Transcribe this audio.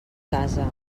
casa